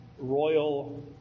royal